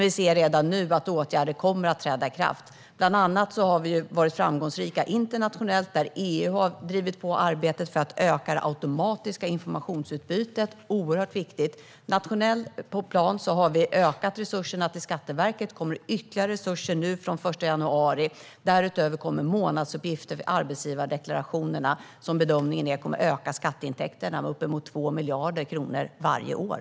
Vi ser redan nu att åtgärder kommer att träda i kraft. Bland annat har vi varit framgångsrika internationellt, där EU har drivit på arbetet för att öka det automatiska informationsutbytet. Det är oerhört viktigt. Nationellt har vi ökat resurserna till Skatteverket, och det kommer ytterligare resurser från den 1 januari. Därutöver kommer nu månadsredovisning av arbetsgivaravgifterna. Bedömningen är att det kommer att öka skatteintäkterna med uppemot 2 miljarder kronor varje år.